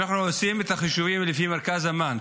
אם אנחנו עושים את החישובים לפי מרכז אמאן,